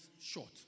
short